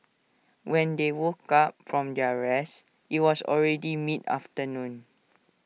when they woke up from their rest IT was already mid afternoon